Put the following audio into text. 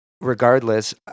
regardless